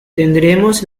tendremos